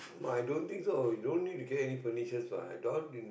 but i don't so you don't need to get any furniture what I doubt